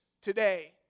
today